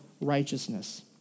righteousness